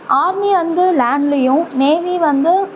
army வந்து லேன்லேயும் navy வந்து